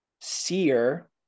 Seer